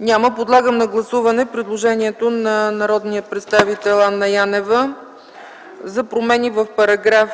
Няма. Подлагам на гласуване предложението на народния представител Анна Янева за промени в §